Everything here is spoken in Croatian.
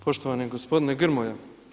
Poštovani gospodine Grmoja.